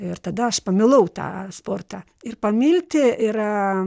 ir tada aš pamilau tą sportą ir pamilti yra